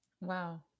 Wow